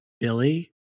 Billy